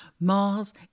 Mars